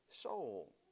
soul